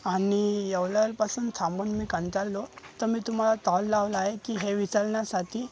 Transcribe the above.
आणि एवढ्या वेळेपासून थांबून मी कंटाळलो तर मी तुम्हाला तॉल लावला आहे की हे विचारण्यासाठी